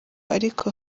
ariko